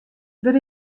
der